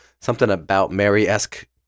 something-about-Mary-esque